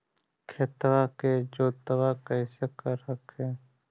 खेतबा के जोतय्बा कैसे कर हखिन?